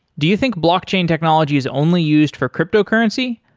do you think blockchain technology is only used for cryptocurrency?